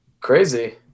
Crazy